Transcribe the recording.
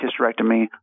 hysterectomy